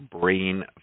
brain